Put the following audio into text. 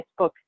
Facebook